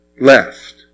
left